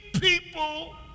people